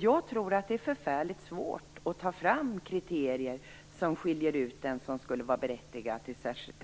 Jag tror att det är förfärligt svårt att ta fram kriterier som skiljer ut den som är berättigad till